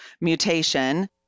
mutation